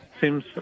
seems